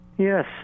Yes